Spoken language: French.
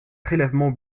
prélèvements